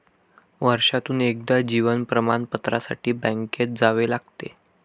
वर्षातून एकदा जीवन प्रमाणपत्रासाठी बँकेत जावे लागते